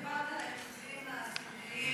לא דיברת על, והשיקומיים.